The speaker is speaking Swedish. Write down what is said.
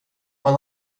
man